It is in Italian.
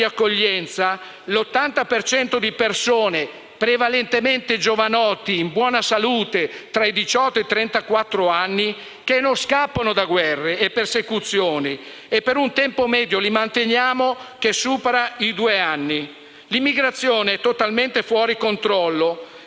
che non scappano da guerre e persecuzioni, e li manteniamo per un tempo medio che supera i due anni. L'immigrazione è totalmente fuori controllo. E non solo non rintracciate e non rimpatriate gli irregolari, lasciandoli scorrazzare nel territorio italiano in preda alla criminalità